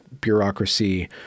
bureaucracy